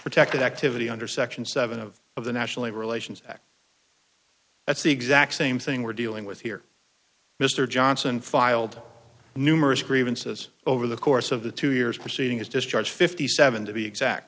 protected activity under section seven of of the national labor relations act that's the exact same thing we're dealing with here mr johnson filed numerous grievances over the course of the two years preceding his discharge fifty seven to be exact